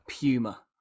puma